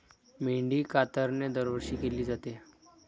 मेंढी कातरणे दरवर्षी केली जाते